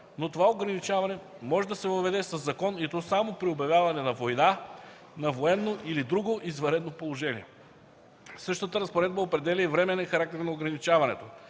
но това ограничаване може да се въведе със закон, и то само при обявяване на война, на военно или друго извънредно положение. Същата разпоредба определя и временен характер на ограничаването